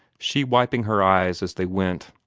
she wiping her eyes as they went.